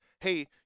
hey